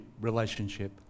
relationship